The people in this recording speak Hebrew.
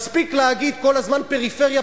מספיק להגיד כל הזמן: פריפריה,